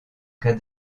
cas